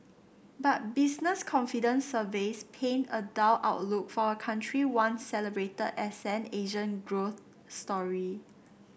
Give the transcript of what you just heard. but business confidence surveys paint a dull outlook for a country once celebrated as an Asian growth story